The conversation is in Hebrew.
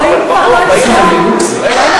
אבל איזה מין נימוק זה?